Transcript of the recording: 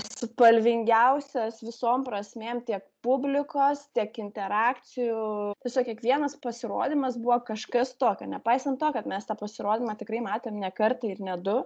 spalvingiausias visom prasmėm tiek publikos tiek interakcijų tiesiog kiekvienas pasirodymas buvo kažkas tokio nepaisant to kad mes tą pasirodymą tikrai matėm ne kartą ir ne du